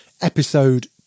episode